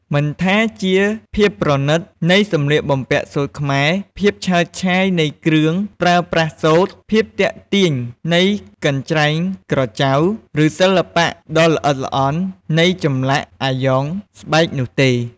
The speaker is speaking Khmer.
មិនថាជាភាពប្រណិតនៃសម្លៀកបំពាក់សូត្រខ្មែរ ភាពឆើតឆាយនៃគ្រឿងប្រើប្រាស់សូត្រ ភាពទាក់ទាញនៃកញ្រ្ចែងក្រចៅ ឬសិល្បៈដ៏ល្អិតល្អន់នៃចម្លាក់អាយ៉ងស្បែកនោះទេ។